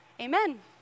amen